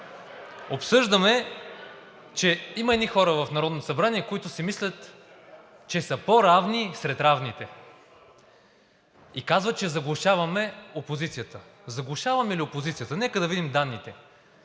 Обсъждаме, че има едни хора в Народното събрание, които си мислят, че са по равни сред равните и казват, че заглушаваме опозицията. Заглушаваме ли опозицията? Нека да видим данните.